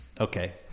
Okay